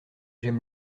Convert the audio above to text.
j’aime